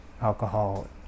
alcohol